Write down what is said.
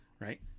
Right